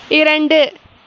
இரண்டு